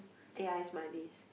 teh ice manis